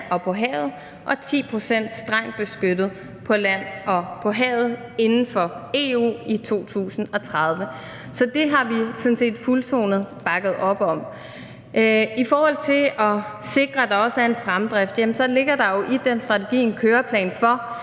og på havet og heraf 10 pct. strengt beskyttet på land og på havet inden for EU i 2030. Så det har vi sådan set fuldtonet bakket op om. I forhold til at sikre, at der også er en fremdrift, så ligger der jo i den strategi en køreplan for